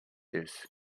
this